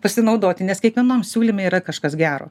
pasinaudoti nes kiekvienom siūlyme yra kažkas gero